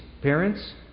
parents